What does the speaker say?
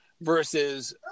versus